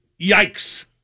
Yikes